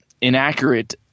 inaccurate